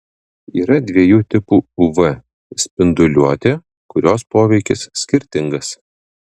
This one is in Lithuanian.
yra dviejų tipų uv spinduliuotė kurios poveikis skirtingas